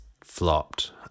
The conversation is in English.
flopped